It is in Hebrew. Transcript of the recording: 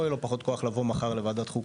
יהיה לו פחות כוח לבוא מחר לוועדת חוקה.